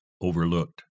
overlooked